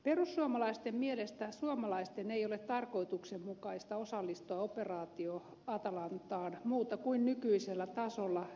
perussuomalaisten mielestä suomalaisten ei ole tarkoituksenmukaista osallistua operaatio atalantaan muuten kuin nykyisellä tasolla esikuntatehtäviin